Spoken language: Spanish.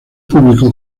público